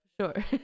Sure